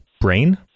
Brain